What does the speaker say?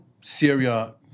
Syria